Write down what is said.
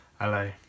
Hello